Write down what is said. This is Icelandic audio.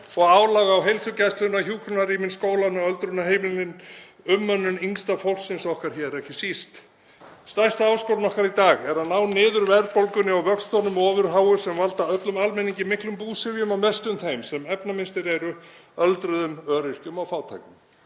og álag á heilsugæsluna, hjúkrunarrýmin, skólana, öldrunarheimilin og umönnun yngsta fólksins okkar hér ekki síst. Stærsta áskorun okkar í dag er að ná niður verðbólgunni og vöxtunum ofurháu sem valda öllum almenningi miklum búsifjum og mestum þeim sem efnaminnstir eru, öldruðum, öryrkjum og fátækum.